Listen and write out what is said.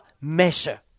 measure